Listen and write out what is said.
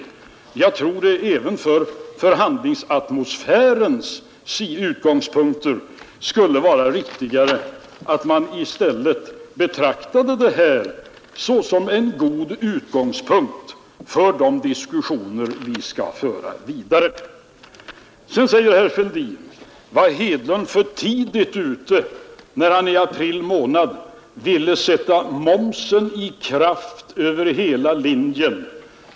Jag tror att det även med hänsyn till förhandlingsatmosfären vore riktigare att man i stället betraktade det här såsom en god utgångspunkt för de diskussioner vi skall föra vidare. Sedan frågade herr Fälldin: Var Hedlund för tidigt ute när han i april månad ville sätta momshöjningen i kraft över hela linjen?